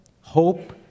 hope